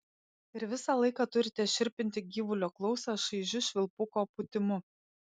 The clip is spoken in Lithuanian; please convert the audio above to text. ir visą laiką turite šiurpinti gyvulio klausą šaižiu švilpuko pūtimu